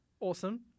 awesome